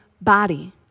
body